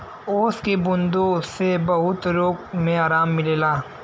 ओस की बूँदो से बहुत रोग मे आराम मिलेला